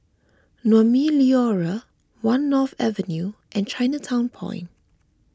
Naumi Liora one North Avenue and Chinatown Point